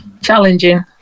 challenging